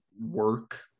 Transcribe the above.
work